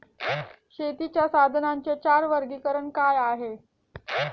शेतीच्या साधनांचे चार वर्गीकरण काय आहे?